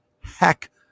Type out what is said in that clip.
heck